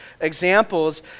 examples